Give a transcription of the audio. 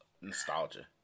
nostalgia